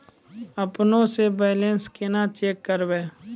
अपनों से बैलेंस केना चेक करियै?